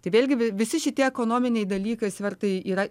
tai vėlgi vi visi šitie ekonominiai dalykai svertai yra